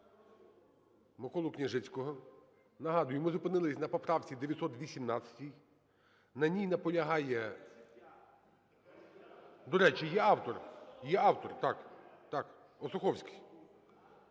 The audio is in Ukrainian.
Миколу Княжицького. Нагадую, ми зупинились на поправці 918. На ній наполягає… До речі, є автор? Є автор, так, так, Осуховський.